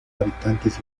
habitantes